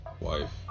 wife